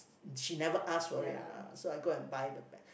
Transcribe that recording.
she never ask for it and uh so I go and buy the best